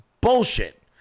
bullshit